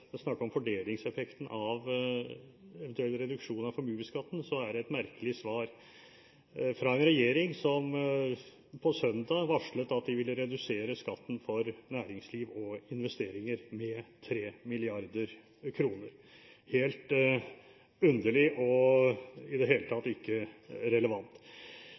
om fordelingseffekten av eventuell reduksjon av formuesskatten, er det et merkelig svar fra en regjering som på søndag varslet at de ville redusere skatten for næringsliv og investeringer med 3 mrd. kr – helt underlig og i det hele tatt ikke relevant.